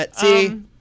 See